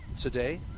today